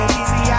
easy